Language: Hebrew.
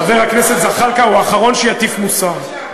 חבר הכנסת זחאלקה הוא האחרון שיטיף מוסר.